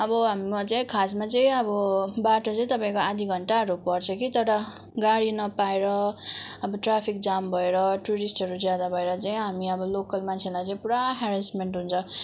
अब हाम्रोमा चाहिँ खासमा चाहिँ अब बाटो चाहिँ तपाईँको आधा घन्टाहरू पर्छ कि तर गाडी नपाएर अब ट्राफिक जाम भएर टुरिस्टहरू ज्यादा भएर चाहिँ हामी अब लोकल मान्छेलाई चाहिँ पुरा ह्यारेसमेन्ट हुन्छ